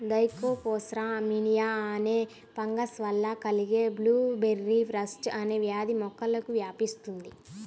Thekopsora మినిమా అనే fungus వల్ల కలిగే బ్లూబెర్రీ రస్ట్ అనే వ్యాధి మొక్కలకు వ్యాపిస్తుంది